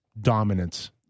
dominance